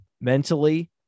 mentally